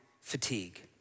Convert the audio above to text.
fatigue